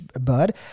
bud